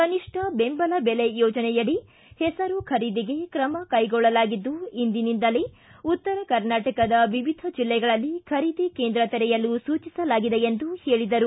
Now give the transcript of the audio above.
ಕನಿಷ್ಠ ಬೆಂಬಲ ಬೆಲೆ ಯೋಜನೆಯಡಿ ಹೆಸರು ಖರೀದಿಗೆ ಕ್ರಮ ಕೈಗೊಳ್ಳಲಾಗಿದ್ದು ಇಂದಿನಿಂದಲೇ ಉತ್ತರ ಕರ್ನಾಟಕದ ವಿವಿಧ ಜಿಲ್ಲೆಗಳಲ್ಲಿ ಖರೀದಿ ಕೇಂದ್ರ ತೆರೆಯಲು ಸೂಚಿಸಲಾಗಿದೆ ಎಂದು ಹೇಳಿದರು